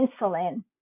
insulin